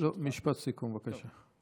לא, משפט סיכום, בבקשה.